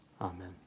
Amen